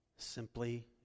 simply